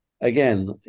again